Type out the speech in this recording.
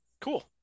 cool